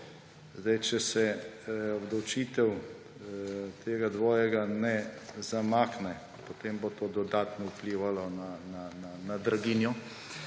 Če se obdavčitev tega dvojega ne zamakne, potem bo to dodatno vplivalo na draginjo.